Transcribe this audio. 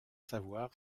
savoir